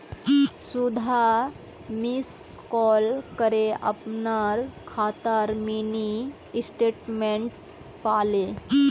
सुधा missed call करे अपनार खातार मिनी स्टेटमेंट पाले